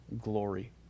glory